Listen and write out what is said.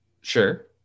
Sure